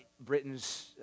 Britain's